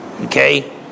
Okay